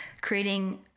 creating